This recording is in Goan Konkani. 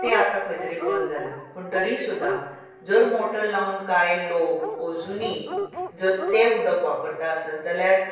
तें आतां खंय तरी बंद जालां पूण तरी सुद्दां जर मोटर लावन कांय लोक अजुनीय जर तें उदक वापरता आसत जाल्यार